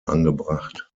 angebracht